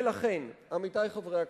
ולכן, עמיתי חברי הכנסת,